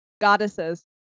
Goddesses